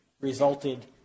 resulted